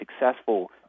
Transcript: successful